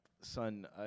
son